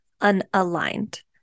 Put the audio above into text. unaligned